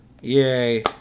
Yay